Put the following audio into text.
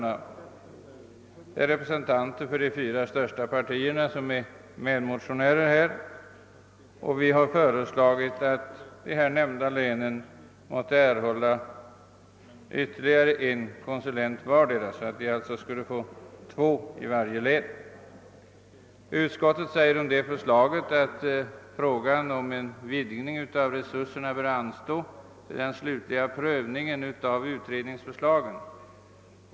Medmotionärerna är representanter för de fyra största partierna, och vi har föreslagit att de nämnda länen måtte erhålla ytterligare en konsulent vartdera, varigenom det skulle bli två i varje län. Om detta förslag skriver utskottet att frågan om en vidgning av resurserna bör >»anstå till den slutliga prövningen av utredningsförslagen«.